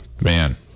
Man